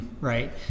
right